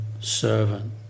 servant